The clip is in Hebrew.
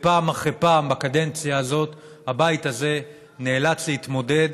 פעם אחר פעם בקדנציה הזאת הבית הזה נאלץ להתמודד